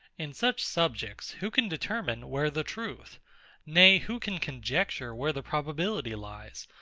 in such subjects, who can determine, where the truth nay, who can conjecture where the probability lies,